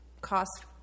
cost